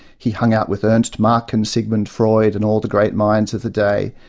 he hung out with ernst mach and sigmund freud, and all the great minds of the day.